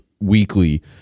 weekly